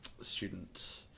student